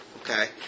Okay